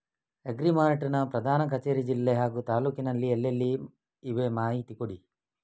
Agri mart ನ ಪ್ರಧಾನ ಕಚೇರಿ ಜಿಲ್ಲೆ ಹಾಗೂ ತಾಲೂಕಿನಲ್ಲಿ ಎಲ್ಲೆಲ್ಲಿ ಇವೆ ಮಾಹಿತಿ ಕೊಡಿ?